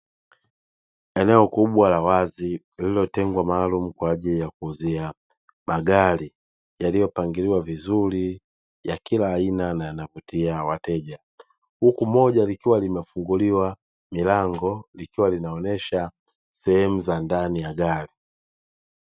Eneo kubwa la wazi lililotengwa maalumu kwa ajili ya kuuzia magari yaliyopangiliwa vizuri ya kila aina na yanavutia wateja, huku moja likiwa limefunguliwa milango likiwa linaonyesha sehemu za ndani ya gari.